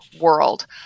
world